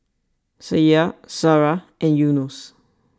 Syah Sarah and Yunos